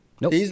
Nope